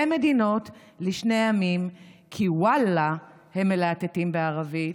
מדינות לשני עמים / כי ואללה / (הם מלהטטים בערבית)